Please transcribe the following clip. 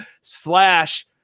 slash